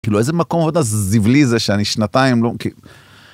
כאילו, איזה מקום עוד הזבלי זה, שאני שנתיים לא...